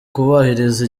kubahiriza